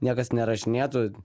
niekas nerašinėtų